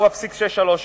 4.63%,